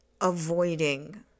avoiding